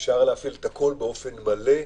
להפעיל הכול באופן מלא,